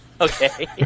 Okay